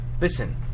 listen